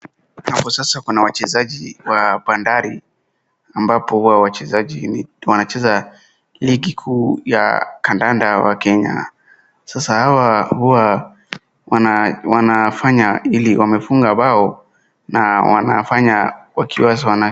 Hapo sasa kuna wachezaji wa bandari ambapo huwa wachezaji wanacheza ligi kuu ya kandanda wa Kenya, sasa hawa huwa wanafanya ili wamefunga bao na wanafanya wakiwa.